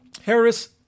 Harris